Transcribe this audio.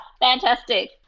fantastic